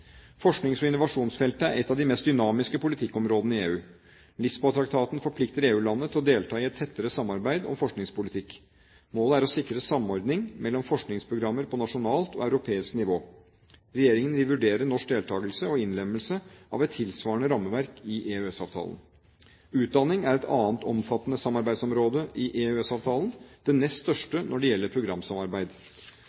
Forsknings- og innovasjonsfeltet er et av de mest dynamiske politikkområdene i EU. Lisboa-traktaten forplikter EU-landene til å delta i et tettere samarbeid om forskningspolitikk. Målet er å sikre samordning mellom forskningsprogrammer på nasjonalt og europeisk nivå. Regjeringen vil vurdere norsk deltakelse og innlemmelse av et tilsvarende rammeverk i EØS-avtalen. Utdanning er et annet omfattende samarbeidsområde i EØS-avtalen – det nest